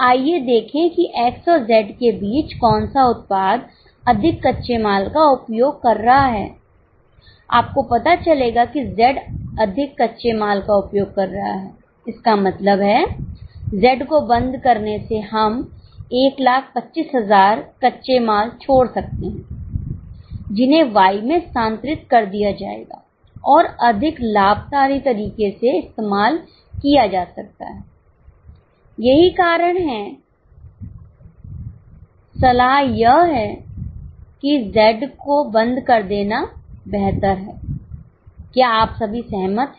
तो आइए देखें कि X और Z के बीच कौन सा उत्पाद अधिक कच्चे माल का उपयोग कर रहा है आपको पता चलेगा कि Z अधिक कच्चे माल का उपयोग कर रहा है इसका मतलब है Z को बंद करने से हम 1 25000 कच्चे माल छोड़ सकते हैं जिन्हें Y में स्थानांतरित कर दिया जाएगा और अधिक लाभकारी तरीके से इस्तेमाल किया जा सकता है यही कारण है किसलाह यह है कि Z को बंदकर देना बेहतर है क्या आप सभी सहमत हैं